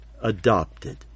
adopted